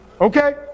Okay